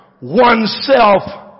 oneself